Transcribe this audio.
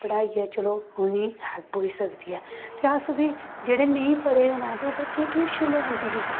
पढ़ाइयै चलो उ'नें गी हैल्प होई सकदी ऐ ते अस बी जेह्ड़े नेईं पढ़े दे न ते ओह् बच्चें गी ट्यूशन लोआंदे न